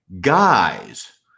guys